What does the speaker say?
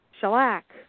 shellac